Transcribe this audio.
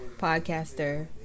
podcaster